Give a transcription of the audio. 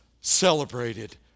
celebrated